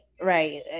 right